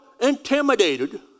intimidated